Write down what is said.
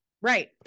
Right